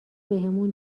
بهمون